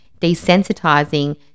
desensitizing